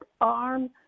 arm